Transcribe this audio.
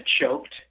choked